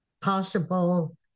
possible